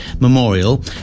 memorial